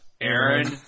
Aaron